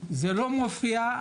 זה לא מופיע.